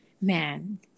man